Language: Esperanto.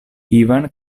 ivan